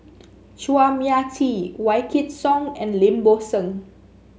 Chua Mia Tee Wykidd Song and Lim Bo Seng